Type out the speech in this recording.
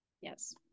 yes